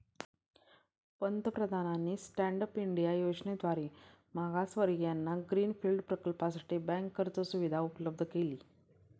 पंतप्रधानांनी stand up India योजनेद्वारे मागासवर्गीयांना ग्रीन फील्ड प्रकल्पासाठी बँक कर्ज सुविधा उपलब्ध केली